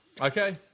Okay